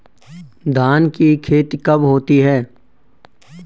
धान की खेती कब होती है?